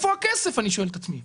איפה הכסף אני שואל את עצמי.